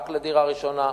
רק לדירה ראשונה,